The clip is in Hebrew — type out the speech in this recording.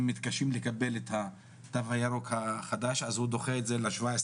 מתקשים לקבל את התו הירוק החדש אז הוא דוחה את זה ל-17